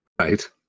Right